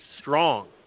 strong